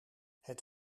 het